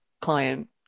client